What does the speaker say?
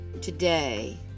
today